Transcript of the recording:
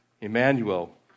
Emmanuel